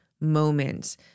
moments